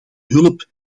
hulp